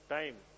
time